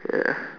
ya